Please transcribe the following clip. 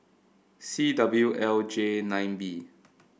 C W L J nine B